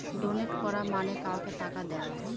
donate করা মানে কাউকে টাকা দেওয়া